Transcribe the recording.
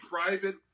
private